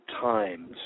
times